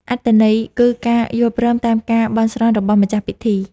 អត្ថន័យគឺការយល់ព្រមតាមការបន់ស្រន់របស់ម្ចាស់ពិធី។